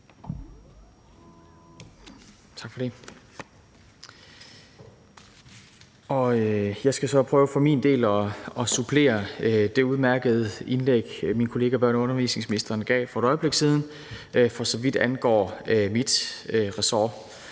Tak for det. Jeg skal så prøve for min del at supplere det udmærkede indlæg, min kollega børne- og undervisningsministeren gav for et øjeblik siden, for så vidt angår mit ressort.